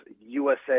USA